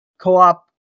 co-op